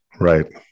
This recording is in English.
Right